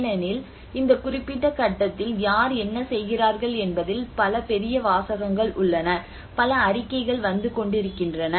ஏனெனில் இந்த குறிப்பிட்ட கட்டத்தில் யார் என்ன செய்கிறார்கள் என்பதில் பல பெரிய வாசகங்கள் உள்ளன பல அறிக்கைகள் வந்து கொண்டிருக்கின்றன